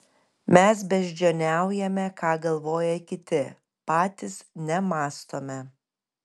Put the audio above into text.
mes beždžioniaujame ką galvoja kiti patys nemąstome